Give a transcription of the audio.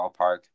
ballpark